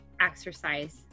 exercise